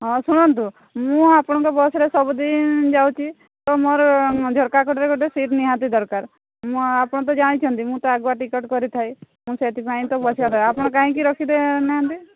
ହଁ ଶୁଣନ୍ତୁ ମୁଁ ଆପଣଙ୍କ ବସ୍ରେ ସବୁଦିନ ଯାଉଚି ତ ମୋର ଝରକା କଡ଼ରେ ଗୋଟେ ସିଟ୍ ନିହାତି ଦରକାର ମୁଁ ଆପଣ ତ ଜାଣିଛନ୍ତି ମୁଁ ତ ଆଗୁଆ ଟିକେଟ୍ କରିଥାଏ ମୁଁ ସେଥିପାଇଁ ତ ବସିଥାଏ ଆପଣ କାହିଁକି ରଖିଦେଇ ନାହାନ୍ତି